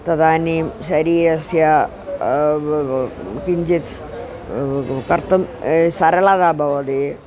तदानीं शरीरस्य किञ्चित् कर्तुं सरलता भवति